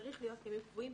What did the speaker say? צריך להיות ימים קבועים,